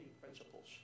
principles